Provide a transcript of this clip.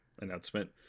announcement